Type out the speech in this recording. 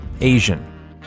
Asian